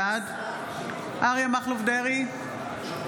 בעד אריה מכלוף דרעי,